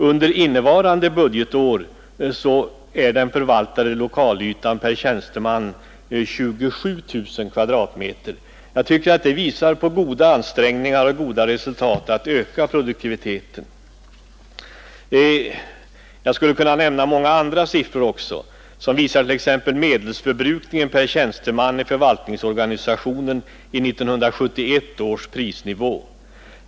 Under innevarande budgetår är den förvaltade lokalytan per tjänsteman 27 000 m?. Jag tycker att det visar på goda ansträngningar och goda resultat när det gäller att öka produktiviteten. Jag skulle kunna nämna många andra siffror som visar t.ex. medelsförbruk ningen per tjänsteman i förvaltningsorganisationen i 1971 års prisnivå.